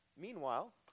meanwhile